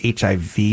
HIV